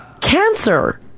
Cancer